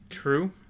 True